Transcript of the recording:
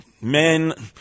men